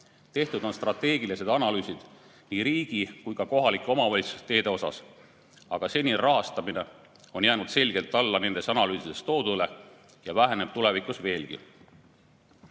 Tehtud on strateegilised analüüsid nii riigi kui ka kohalike omavalitsuste teede kohta. Aga seni on rahastamine jäänud selgelt alla nendes analüüsides toodule ja väheneb tulevikus veelgi.